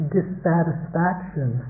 dissatisfaction